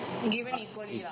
given equally